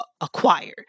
acquired